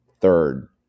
third